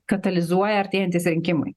katalizuoja artėjantys rinkimai